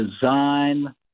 design